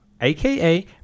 AKA